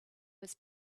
was